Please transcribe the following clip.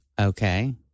Okay